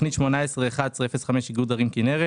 תוכנית 181105: איגוד ערים כינרת